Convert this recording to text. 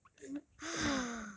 !wah!